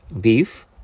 beef